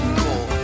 cool